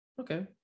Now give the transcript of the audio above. Okay